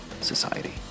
Society